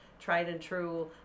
tried-and-true